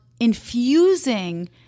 infusing